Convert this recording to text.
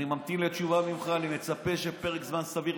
אני ממתין לתשובה ממך, אני מצפה שבפרק זמן סביר.